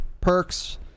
perks